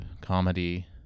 comedy